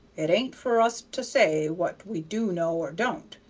it ain't for us to say what we do know or don't,